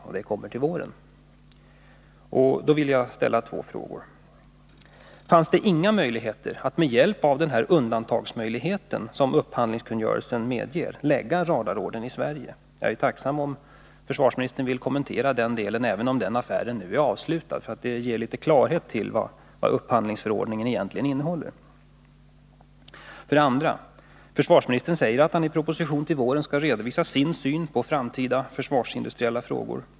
Jag vill då ställa två frågor: 1. Fanns det inget utrymme för att med hjälp av den undantagsmöjlighet som upphandlingskungörelsen medger lägga radarordern i Sverige? Jag vore tacksam om försvarsministern ville kommentera det, även om den affären nu är avslutad — det kan ge klarhet i vad upphandlingsförordningen egentligen innebär. 2. Försvarsministern säger att han i proposition till våren skall redovisa sin syn på framtida försvarsindustriella frågor.